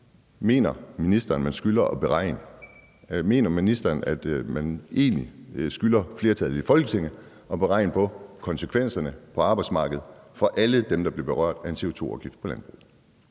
Mener ministeren, at man egentlig skylder flertallet i Folketinget at beregne konsekvenserne på arbejdsmarkedet for alle dem, der bliver berørt af en CO2-afgift på landbruget?